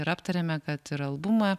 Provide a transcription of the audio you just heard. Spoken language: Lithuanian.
ir aptarėme kad ir albumą